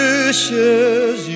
Wishes